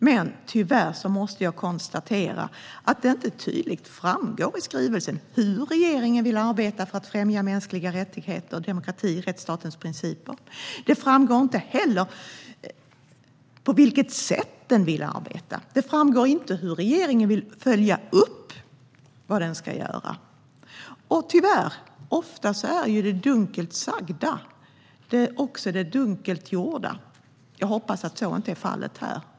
Men tyvärr måste jag konstatera att det inte tydligt framgår i skrivelsen hur regeringen vill arbeta för att främja mänskliga rättigheter, demokrati och rättsstatens principer. Det framgår inte heller på vilket sätt den vill arbeta. Det framgår inte hur regeringen vill följa upp vad den ska göra. Tyvärr är ofta det dunkelt sagda det dunkelt tänkta. Jag hoppas att så inte är fallet här.